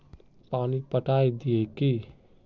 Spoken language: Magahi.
पानी पटाय दिये की?